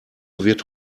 wird